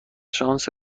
شانس